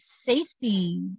safety